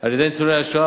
על-ידי ניצולי השואה.